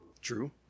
True